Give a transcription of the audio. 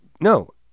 No